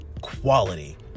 quality